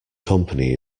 company